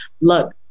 look